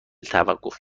توقف